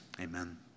Amen